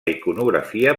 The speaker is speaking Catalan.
iconografia